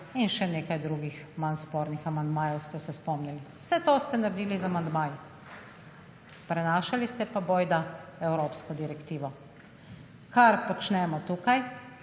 in še nekaj drugih, manj spornih amandmajev ste se spomnili. Vse to ste naredili z amandmaji, prenašali ste pa, bojda, evropsko direktivo. Kar počnemo tukaj,